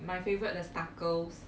my favourite the starker